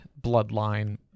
bloodline